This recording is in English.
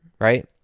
right